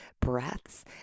breaths